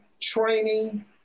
training